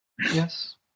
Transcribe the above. Yes